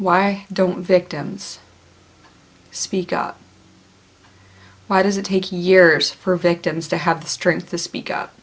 why don't victims speak up why does it take years for victims to have the strength to speak up